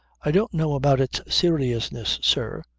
i don't know about its seriousness, sir,